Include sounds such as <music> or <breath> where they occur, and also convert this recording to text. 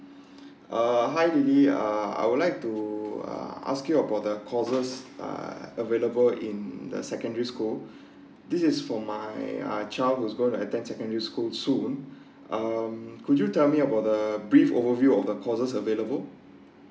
<breath> uh hi lily uh I would like to uh ask you about the courses are available in the secondary school <breath> this is for my ah child who's going to attend secondary school soon <breath> um could you tell me about the brief overview of the courses are available